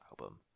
album